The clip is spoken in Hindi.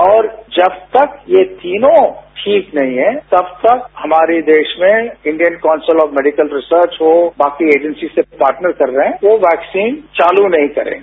और जब तक यह तीनों ठीक नही हैं तब तक हमारे देश में Indian council of medical research जो बाकी एजेन्सी से पार्टनर कर रहे हैं तो वैक्सीन चालू नहीं करेंगे